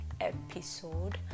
episode